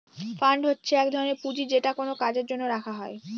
fund হচ্ছে এক ধরনের পুঁজি যেটা কোনো কাজের জন্য রাখা হয়